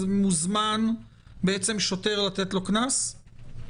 אז מוזמן בעצם שוטר לתת לו קנס?